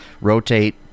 rotate